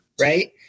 right